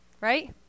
right